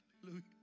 hallelujah